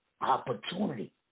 Opportunity